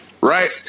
Right